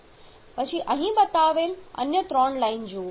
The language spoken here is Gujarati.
પછી અહીં બતાવેલ અન્ય ત્રણ લાઈન જુઓ